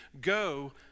go